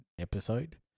episode